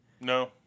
No